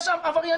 יש שם עבריינים.